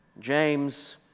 James